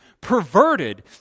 perverted